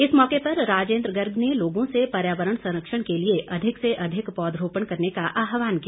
इस मौके पर राजेन्द्र गर्ग ने लोगों से पर्यावरण संरक्षण के लिए अधिक से अधिक पौधरोपण करने का आहवान किया